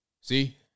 See